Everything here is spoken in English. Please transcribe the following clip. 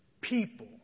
people